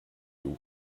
you